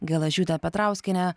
gelažiūtę petrauskienę